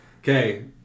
Okay